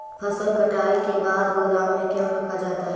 फसल कटाई के बाद गोदाम में क्यों रखा जाता है?